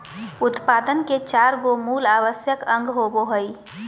उत्पादन के चार गो मूल आवश्यक अंग होबो हइ